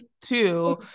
two